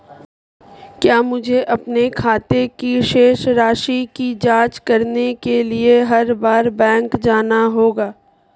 क्या मुझे अपने खाते की शेष राशि की जांच करने के लिए हर बार बैंक जाना होगा?